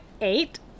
eight